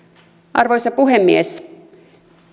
arvoisa puhemies